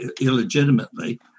illegitimately